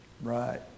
right